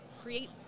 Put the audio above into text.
create